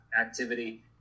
activity